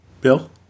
Bill